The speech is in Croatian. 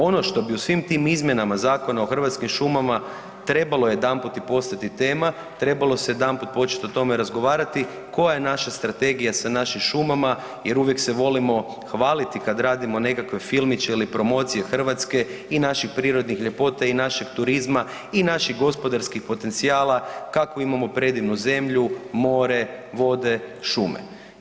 Ono što bi u svim tim izmjenama zakona o hrvatskim šumama trebalo jedanput i postati tema, trebalo se jedanput početi o tome razgovarati koja je naša strategija sa našim šumama jer uvijek se volimo hvaliti kad radimo nekakve filmiće ili promocije Hrvatske i naših prirodnih ljepota i našeg turizma i naših gospodarskog potencijala kakvu imamo predivnu zemlju, more, vode, šume.